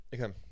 Okay